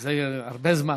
זה הרבה זמן.